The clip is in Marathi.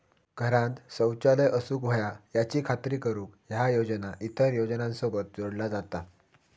घरांत शौचालय असूक व्हया याची खात्री करुक ह्या योजना इतर योजनांसोबत जोडला जाता